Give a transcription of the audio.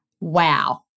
Wow